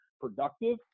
productive